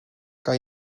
kan